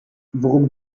worum